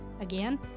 Again